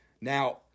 Now